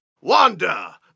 Wanda